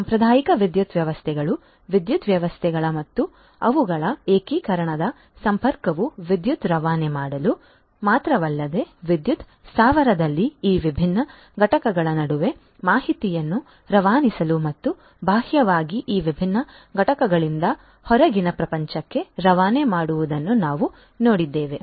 ಸಾಂಪ್ರದಾಯಿಕ ವಿದ್ಯುತ್ ವ್ಯವಸ್ಥೆಗಳು ವಿದ್ಯುತ್ ವ್ಯವಸ್ಥೆಗಳು ಮತ್ತು ಅವುಗಳ ಏಕೀಕರಣದ ಸಂಪರ್ಕವು ವಿದ್ಯುತ್ ರವಾನೆ ಮಾಡಲು ಮಾತ್ರವಲ್ಲದೆ ವಿದ್ಯುತ್ ಸ್ಥಾವರದಲ್ಲಿ ಈ ವಿಭಿನ್ನ ಘಟಕಗಳ ನಡುವೆ ಮಾಹಿತಿಯನ್ನು ರವಾನಿಸಲು ಮತ್ತು ಬಾಹ್ಯವಾಗಿ ಈ ವಿಭಿನ್ನ ಘಟಕಗಳಿಂದ ಹೊರಗಿನ ಪ್ರಪಂಚಕ್ಕೆ ರವಾನೆ ಮಾಡುವುದನ್ನು ನಾವು ನೋಡಿದ್ದೇವೆ